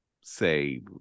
say